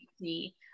see